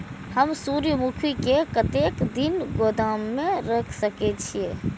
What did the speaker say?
हम सूर्यमुखी के कतेक दिन गोदाम में रख सके छिए?